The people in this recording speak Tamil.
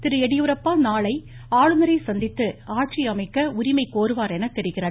திரு எடியூரப்பா நாளை ஆளுநரை சந்தித்து ஆட்சி அமைக்க உரிமை கோருவார் என தெரிகிறது